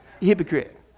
hypocrite